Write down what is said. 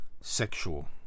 sexual